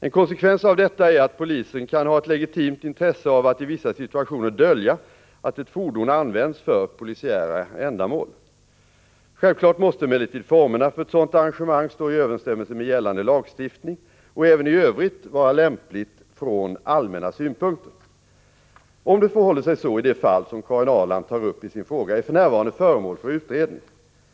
En konsekvens av detta är att polisen kan ha ett legitimt intresse av att i vissa situationer dölja att ett fordon används för polisiära ändamål. Självklart måste emellertid formerna för ett sådant arrangemang stå i överensstämmelse med gällande lagstiftning och även i övrigt vara lämpliga från allmänna synpunkter. Om det förhåller sig så i det fall som Karin Ahrland tar upp i sin fråga är för närvarande förmål för utredning.